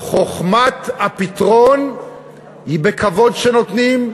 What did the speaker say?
חוכמת הפתרון היא בכבוד שנותנים,